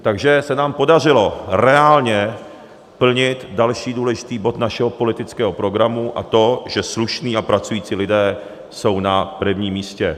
Takže se nám podařilo reálně plnit další důležitý bod našeho politického programu, a to, že slušní a pracující lidé jsou na prvním místě.